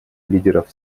лидеров